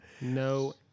No